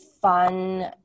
fun